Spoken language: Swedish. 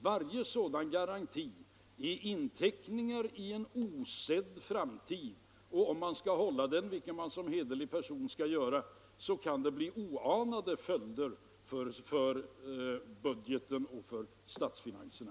Varje sådan garanti är en inteckning i en osedd framtid. Om man skall hålla det löftet, vilket man som hederlig person skall göra, så kan det bli oanade följder för budgeten och för statsfinanserna.